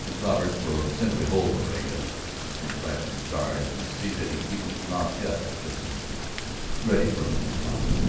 roberts will simply hold moraga on some trifling charge, and see that he keeps his mouth shut until we are ready for him to talk.